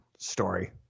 story